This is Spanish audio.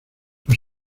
los